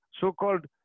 so-called